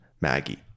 Maggie